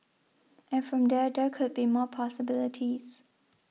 and from there there could be more possibilities